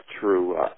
true